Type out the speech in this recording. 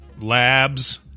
labs